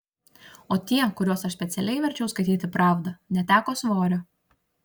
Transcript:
o tie kuriuos aš specialiai verčiau skaityti pravdą neteko svorio